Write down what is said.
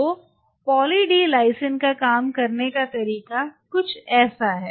तो poly D lysine का काम करने का तरीका कुछ ऐसा है